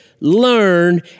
learn